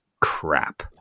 crap